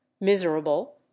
miserable